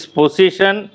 position